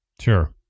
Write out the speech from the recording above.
Sure